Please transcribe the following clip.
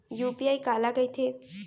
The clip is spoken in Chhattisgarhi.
यू.पी.आई काला कहिथे?